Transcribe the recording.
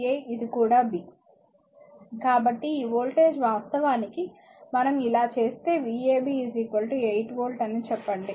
slide సమయం చూడండి 2425 కాబట్టి ఈ వోల్టేజ్ వాస్తవానికి మనం ఇలా చేస్తే vab 8 వోల్ట్ అని చెప్పండి